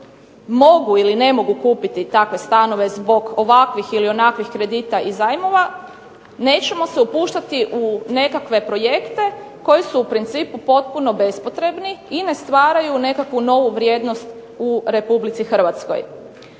mogu ili ne mogu kupiti takve stanove zbog ovakvih ili onakvih kredita i zajmova nećemo se upuštati u nekakve projekte koji su u principu potpuno bespotrebni i ne stvaraju nekakvu novu vrijednost u RH. Smatram